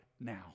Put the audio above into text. now